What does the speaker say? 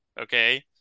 Okay